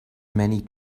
many